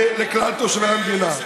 לכלל תושבי המדינה.